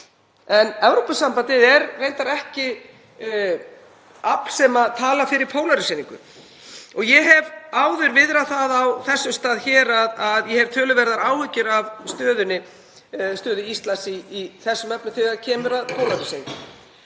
en Evrópusambandið er reyndar ekki afl sem talar fyrir pólaríseringu. Ég hef áður viðrað það á þessum stað hér að ég hef töluverðar áhyggjur af stöðu Íslands í þessum efnum þegar kemur að pólaríseringu.